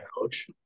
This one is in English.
coach